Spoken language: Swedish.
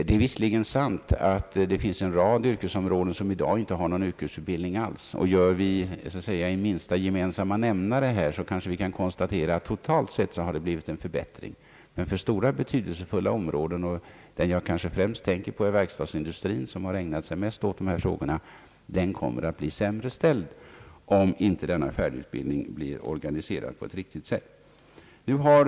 Det är sant att det finns en rad yrkesområden som i dag inte har någon yrkesutbildning alls. Om vi tar en minsta gemensamma nämnare kanske vi kan konstatera att det totalt sett har blivit en förbättring, men industrier inom stora och betydelsefulla områden — jag tänker främst på verkstadsindustrin som mer än andra har ägnat sig åt dessa frågor — kommer att bli sämre ställda, om inte färdigutbildningen organiseras på ett riktigt sätt.